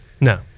No